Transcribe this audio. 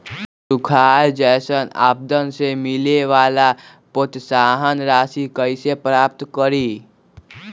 सुखार जैसन आपदा से मिले वाला प्रोत्साहन राशि कईसे प्राप्त करी?